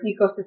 ecosystem